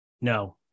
No